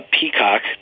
Peacock